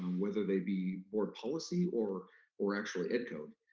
um whether they be board policy or or actually ed code,